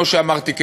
כמו שאמרתי,